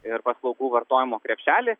ir paslaugų vartojimo krepšely